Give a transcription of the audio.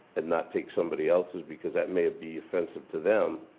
and not take somebody else's because that may be offensive to them.